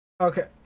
Okay